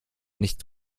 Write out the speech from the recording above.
nicht